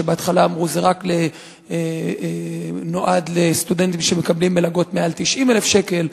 בהתחלה אמרו: זה רק נועד לסטודנטים שמקבלים מלגות מעל 90,000 שקל,